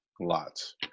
Lots